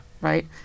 Right